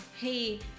hey